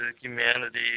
humanity